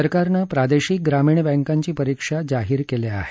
सरकारनं प्रादेशिक ग्रामीण बँकांची परीक्षा जाहीर केल्या आहेत